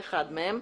אחד מהם,